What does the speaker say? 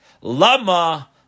Lama